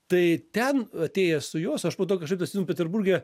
tai ten atėjęs su juos aš po to kažkaip atsimenu peterburge